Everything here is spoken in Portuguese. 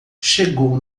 chegou